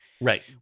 Right